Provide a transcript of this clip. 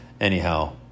Anyhow